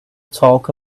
talk